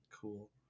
cool